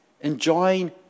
enjoying